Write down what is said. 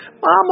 mama